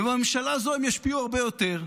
ובממשלה הזו הם ישפיעו הרבה יותר.